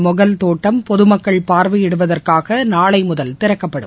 மொகல் தோட்டம் பொதமக்கள் பார்வையிடுவதற்காக நாளை முதல் திறக்கப்படும்